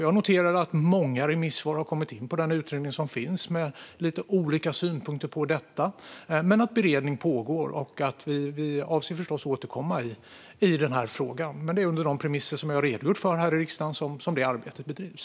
Jag noterar att det på den utredning som finns har kommit in många remissvar med lite olika synpunkter på detta. Men beredning pågår. Vi avser förstås att återkomma i frågan. Men det är under de premisser jag har redogjort för här i riksdagen som arbetet bedrivs.